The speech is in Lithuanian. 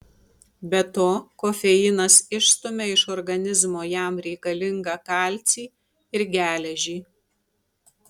be to kofeinas išstumia iš organizmo jam reikalingą kalcį ir geležį